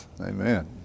Amen